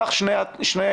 קח שני שותפים,